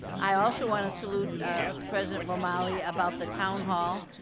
i also want to salute president ramali about the town hall.